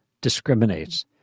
discriminates